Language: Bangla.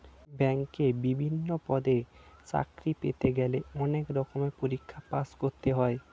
ব্যাংকে বিভিন্ন পদে চাকরি পেতে গেলে অনেক রকমের পরীক্ষায় পাশ করতে হয়